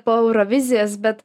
po eurovizijos bet